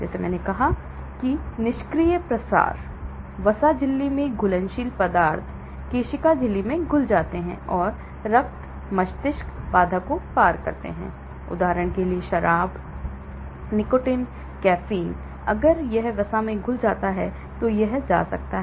जैसा मैंने कहा कि निष्क्रिय प्रसार वसा झिल्ली में घुलनशील पदार्थ कोशिका झिल्ली में घुल जाते हैं और रक्त मस्तिष्क बाधा को पार करते हैं उदाहरण शराब निकोटीन कैफीन अगर यह वसा में घुल जाता है तो यह जा सकता है